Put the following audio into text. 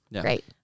Great